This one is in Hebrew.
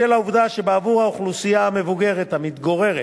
בשל העובדה שבעבור האוכלוסייה המבוגרת המתגוררת